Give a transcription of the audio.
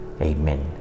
Amen